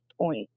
point